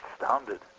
astounded